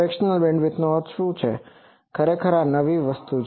fractional બેન્ડવિડ્થનો અર્થ શું છે ખરેખર આ નવી વસ્તુ છે